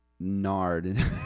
Nard